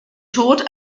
tod